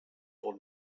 old